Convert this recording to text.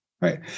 right